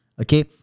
okay